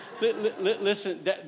listen